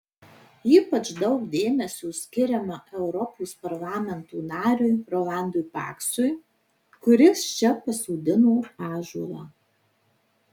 ypač daug dėmesio skiriama europos parlamento nariui rolandui paksui kuris čia pasodino ąžuolą